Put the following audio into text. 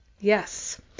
Yes